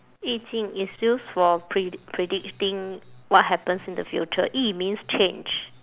易经 is used for pre~ predicting what happens in the future yi means change